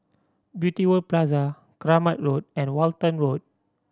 Beauty World Plaza Kramat Road and Walton Road